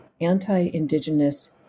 anti-Indigenous